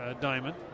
Diamond